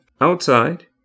Outside